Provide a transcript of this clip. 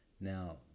Now